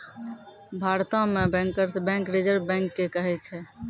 भारतो मे bankers bank reserve bank के कहै छै